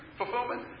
fulfillment